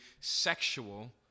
sexual